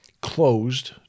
closed